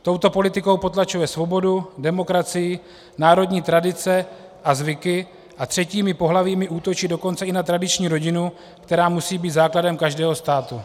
Touto politikou potlačuje svobodu, demokracii, národní tradice a zvyky, a třetími pohlavími útočí dokonce i na tradiční rodinu, která musí být základem každého státu.